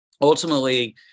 ultimately